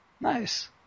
Nice